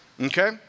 Okay